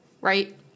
right